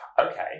Okay